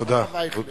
ואחר כך, אייכלר.